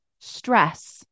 stress